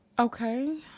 Okay